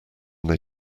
they